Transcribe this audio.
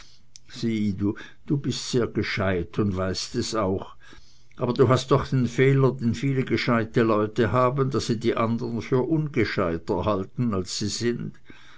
du bist sehr gescheit und weißt es auch aber du hast doch den fehler den viele gescheite leute haben daß sie die anderen für ungescheiter halten als sie sind